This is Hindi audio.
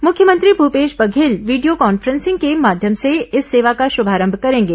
मुख्यमंत्री भपेश बघेल वीडियो कॉन्फ्रेंसिंग के माध्यम से इस सेवा का श्रमारंभ करेंगे